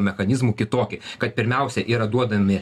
mechanizmų kitokį kad pirmiausia yra duodami